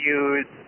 use